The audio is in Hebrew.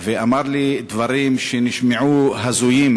ואמר לי דברים שנשמעו הזויים,